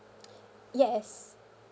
yes